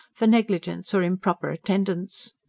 for negligence or improper attendance.